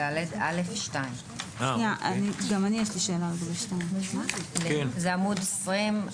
3ד(א)(2), זה עמוד 20,